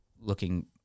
looking